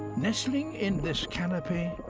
nestling in this canopy,